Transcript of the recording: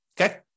Okay